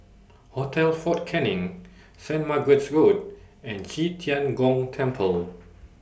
Hotel Fort Canning Saint Margaret's Road and Qi Tian Gong Temple